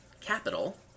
Capital